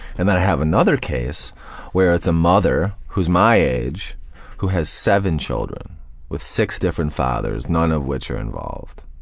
and then i have another case where it's a mother who's my age who has seven children with six different fathers, none of which are involved,